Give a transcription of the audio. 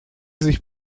sich